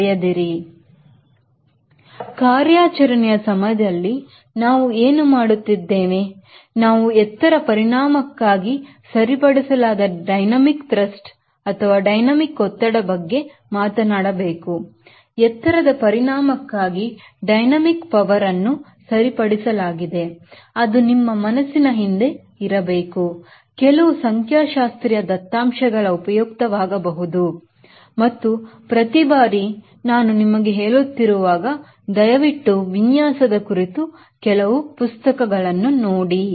ಆದ್ದರಿಂದ ಕಾರ್ಯಾಚರಣೆ ಸಮಯದಲ್ಲಿ ನಾವು ಏನು ಮಾಡುತ್ತಿದ್ದೇವೆ ನಾವು ಎತ್ತರದ ಪರಿಣಾಮಕ್ಕಾಗಿ ಸರಿಪಡಿಸಲಾಗದ ಡೈನಮಿಕ್ ಒತ್ತಡದ ಬಗ್ಗೆ ಮಾತನಾಡಬೇಕು ಎತ್ತರದ ಪರಿಣಾಮಕ್ಕಾಗಿ ಡೈನಮಿಕ್ ಪವರನ್ನು ಅನ್ನು ಸರಿಪಡಿಸಲಾಗಿದೆ ಅದು ನಿಮ್ಮ ಮನಸ್ಸಿನ ಹಿಂದೆ ಇರಬೇಕು ಕೆಲವು ಸಂಖ್ಯಾಶಾಸ್ತ್ರೀಯ ದತ್ತಾಂಶಗಳು ಉಪಯುಕ್ತವಾಗಬಹುದು ಮತ್ತು ಪ್ರತಿಬಾರಿ ನಾನು ನಿಮಗೆ ಹೇಳುತ್ತಿರುವಾಗ ದಯವಿಟ್ಟು ವಿನ್ಯಾಸದ ಕುರಿತು ಕೆಲವು ಪುಸ್ತಕಗಳನ್ನು ನೋಡಿ